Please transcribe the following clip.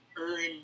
earn